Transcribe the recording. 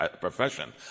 profession